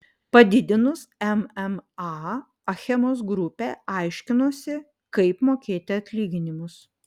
padidinus mma achemos grupė aiškinosi kaip mokėti atlyginimus